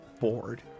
board